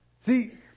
See